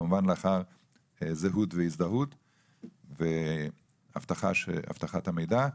כמובן לאחר זהות והזדהות ואבטחת המידע,